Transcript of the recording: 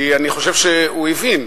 אני חושב שהוא הבין,